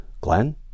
Glenn